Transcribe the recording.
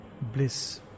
bliss